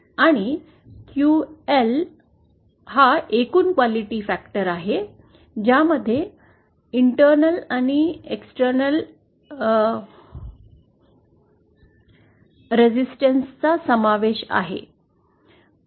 आणि QL हा एकूण क्वालिटी फॅक्टर आहे ज्यामध्ये अंतर्गत आणि बाह्य प्रतिरोधां इंटरनल अंड एक्सटर्नल रेसिस्टांस चा समावेश आहे